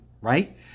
right